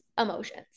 emotions